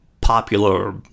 popular